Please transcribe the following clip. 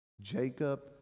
Jacob